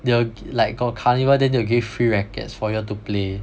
they wi~ g~ like got carnival then they will give free rackets for you all to play